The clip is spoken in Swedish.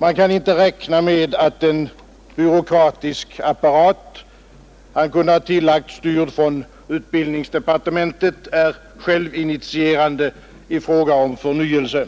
Man kan inte räkna med att en byråkratisk apparat — han kunde ha tillagt styrd från utbildningsdepartementet — är självinitierande i fråga om förnyelse.